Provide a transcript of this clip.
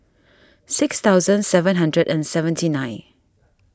six thousand seven hundred and seventy nine